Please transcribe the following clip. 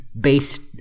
based